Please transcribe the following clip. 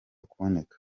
kuboneka